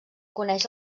coneix